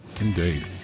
Indeed